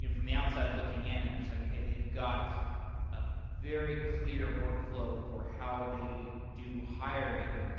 and from the outside looking in, i'm just like, okay, they've got a very clear workflow for how the do hiring.